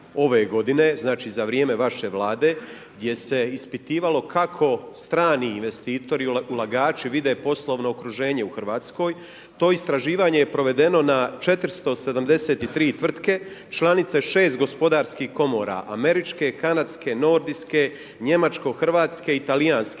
ove godine, znači za vrijeme vaše Vlade gdje se ispitivalo kako strani investitori, ulagači vide poslovno okruženje u Hrvatskoj. To istraživanje je provedeno na 473 tvrtke, članice 6 gospodarskih komora, američke, kanadske, nordijske, njemačko-hrvatske i talijanske